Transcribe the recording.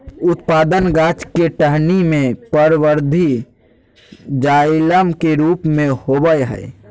उत्पादन गाछ के टहनी में परवर्धी जाइलम के रूप में होबय हइ